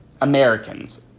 Americans